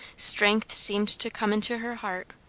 strength seemed to come into her heart.